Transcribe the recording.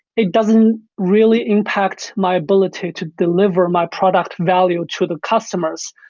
it doesn't really impact my ability to deliver my product value to the customers.